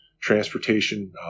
transportation